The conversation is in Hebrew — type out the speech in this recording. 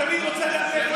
אני תמיד רוצה אדוני,